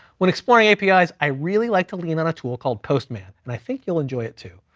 when exploring api's, i really like to lean on a tool called postman, and i think you'll enjoy it too.